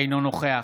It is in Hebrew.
אינו נוכח